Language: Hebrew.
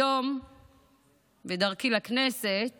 היום בדרכי לכנסת